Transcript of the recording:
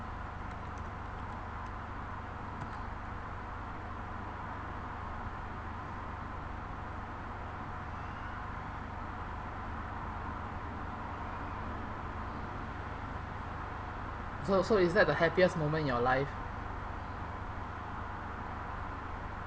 so so is that the happiest moment in your life